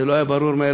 זה לא היה ברור מאליו,